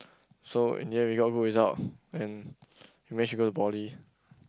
so in the end we got good result and we managed to go to poly